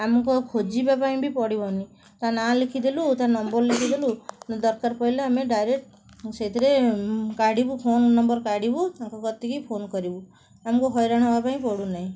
ଆମକୁ ଆଉ ଖୋଜିବା ପାଇଁ ବି ପଡ଼ିବନି ତା ନାଁ ଲେଖିଦେଲୁ ତା'ନମ୍ବର ଲେଖିଦେଲୁ ଦରକାର ପଇଲେ ଆମେ ଡାଇରେକ୍ଟ ସେଇଥିରେ କାଢ଼ିବୁ ଫୋନ ନମ୍ବର କାଢ଼ିବୁ ତାଙ୍କ କତିକି ଫୋନ କରିବୁ ଆମକୁ ହଇରାଣ ହେବା ପାଇଁ ପଡ଼ୁନାହିଁ